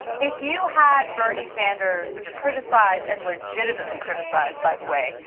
if you had bernie sanders, criticize and legitimately criticized by the way,